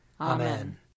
Amen